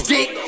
Dick